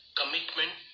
commitment